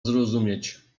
zrozumieć